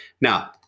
Now